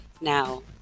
Now